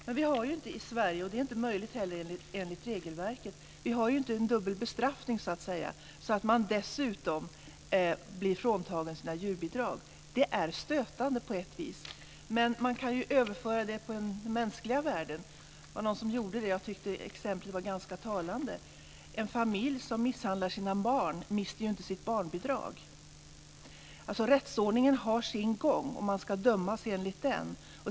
Men vi har inte i Sverige, och det är heller inte möjligt enligt regelverket, en dubbel bestraffning så att man dessutom blir fråntagen sina djurbidrag. Det är stötande på ett vis. Men man kan ju överföra det på mänskliga värden. Det var någon som gjorde det, och jag tyckte att exemplet var ganska talande. En familj som misshandlar sina barn mister ju inte sitt barnbidrag. Rättsordningen har alltså sin gång och man ska dömas enligt den.